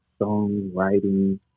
songwriting